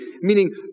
meaning